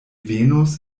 venos